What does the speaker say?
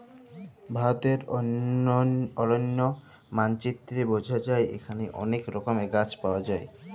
ভারতের অলন্য মালচিত্রে বঝা যায় এখালে অলেক রকমের গাছ পায়া যায়